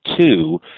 two